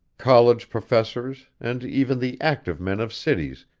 college professors, and even the active men of cities,